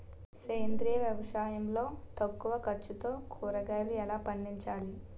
సేంద్రీయ వ్యవసాయం లో తక్కువ ఖర్చుతో కూరగాయలు ఎలా పండించాలి?